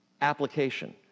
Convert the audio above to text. Application